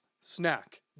snack